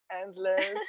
endless